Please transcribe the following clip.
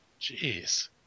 jeez